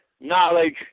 Knowledge